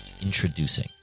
Introducing